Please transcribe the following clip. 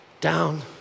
down